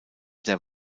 der